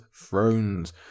thrones